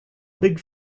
big